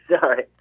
sorry